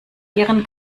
ihren